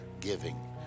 giving